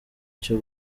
cyo